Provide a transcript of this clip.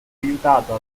aiutato